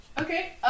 Okay